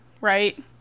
right